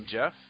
Jeff